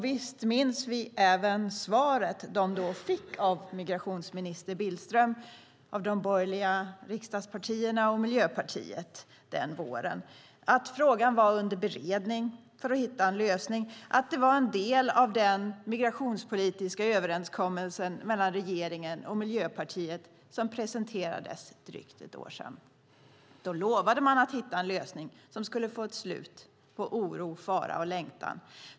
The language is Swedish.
Visst minns vi även svaret de fick av migrationsminister Billström, av de borgerliga riksdagspartierna och av Miljöpartiet den våren: att frågan var under beredning för att hitta en lösning och att det var en del av den migrationspolitiska överenskommelsen mellan regeringen och Miljöpartiet som presenterades för drygt ett år sedan. Man lovade att hitta en lösning som skulle få slut på oro, farhågor och längtan.